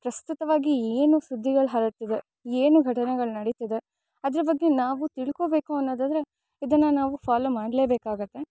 ಪ್ರಸ್ತುತವಾಗಿ ಏನು ಸುದ್ದಿಗಳು ಹರಡ್ತಿದೆ ಏನು ಘಟನೆಗಳು ನಡಿತಿದೆ ಅದ್ರ ಬಗ್ಗೆ ನಾವು ತಿಳ್ಕೊಬೇಕು ಅನ್ನೋದಾದರೆ ಇದನ್ನು ನಾವು ಫಾಲೋ ಮಾಡಲೇಬೇಕಾಗತ್ತೆ